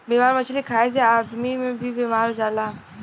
बेमार मछली खाए से आदमी भी बेमार हो जाला